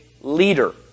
leader